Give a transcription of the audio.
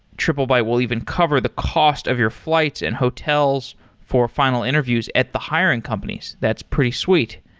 triplebyte will even cover the cost of your flights and hotels for final interviews at the hiring companies. that's pretty sweet.